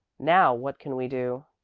now what can we do?